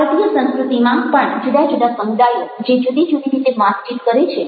ભારતીય સંસ્કૃતિમાં પણ જુદા જુદા સમુદાયો છે જે જુદી જુદી રીતે વાતચીત કરે છે